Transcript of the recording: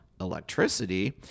Electricity